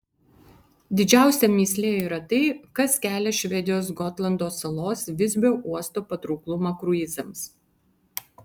didžiausia mįslė yra tai kas kelia švedijos gotlando salos visbio uosto patrauklumą kruizams